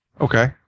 Okay